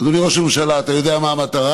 אדוני ראש הממשלה, אתה יודע מה המטרה?